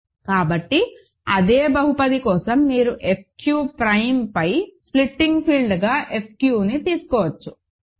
కాబట్టి అదే బహుపది కోసం మీరు F q ప్రైమ్పై స్ప్లిటింగ్ ఫీల్డ్గా F qని తీసుకోవచ్చు సరే